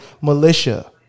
militia